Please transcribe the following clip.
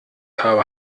habe